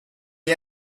gli